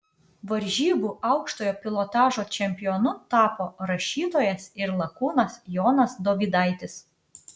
varžybų aukštojo pilotažo čempionu tapo rašytojas ir lakūnas jonas dovydaitis